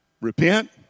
repent